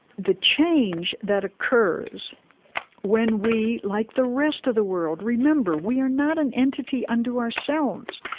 the change that occurs when we, like the rest of the world, remember we are not an entity unto ourselves,